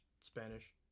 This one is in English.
Spanish